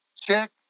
check